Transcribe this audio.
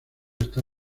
está